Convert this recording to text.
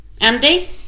andy